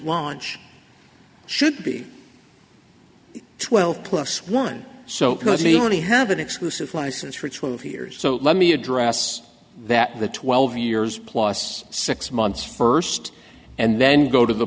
launch should be twelve plus one so you want to have an exclusive license for twelve years so let me address that the twelve years plus six months first and then go to the